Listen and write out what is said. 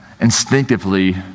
instinctively